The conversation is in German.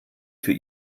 für